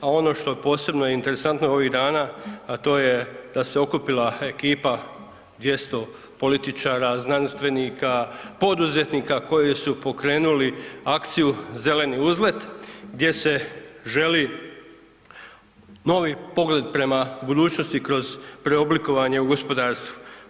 A ono što je posebno interesantno ovih dana, a to je da se okupila ekipa 200 političara, znanstvenika, poduzetnika koji su pokrenuli akciju Zeleni uzlet gdje se želi novi pogled prema budućnosti kroz preoblikovanje u gospodarstvu.